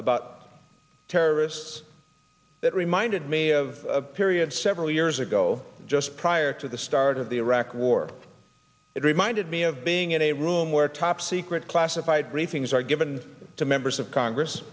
about terrorists that reminded me of a period several years ago just prior to the start of the iraq war it reminded me of being in a room where top secret classified briefings are given to members of congress